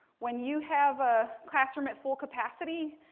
when you have a classroom at full capacity